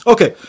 Okay